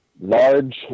large